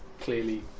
clearly